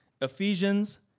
Ephesians